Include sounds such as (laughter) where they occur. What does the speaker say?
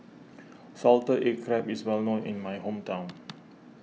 (noise) Salted Egg Crab is well known in my hometown